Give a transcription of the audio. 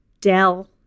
dell